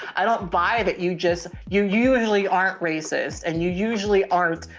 i don't buy that. you just, you usually aren't racist and you usually aren't,